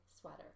sweater